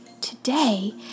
today